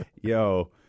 Yo